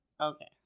okay